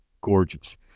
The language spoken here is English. gorgeous